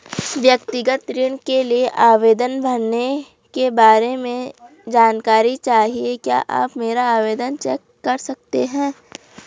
व्यक्तिगत ऋण के लिए आवेदन भरने के बारे में जानकारी चाहिए क्या आप मेरा आवेदन चेक कर सकते हैं?